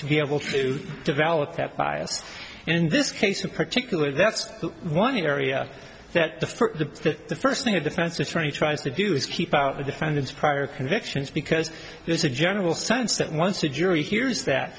to be able to develop that bias in this case in particular that's one area that the for the the first thing a defense attorney tries to do is keep the defendant's prior convictions because there's a general sense that once a jury hears that